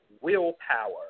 willpower